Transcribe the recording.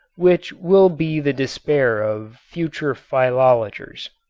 which will be the despair of future philologers.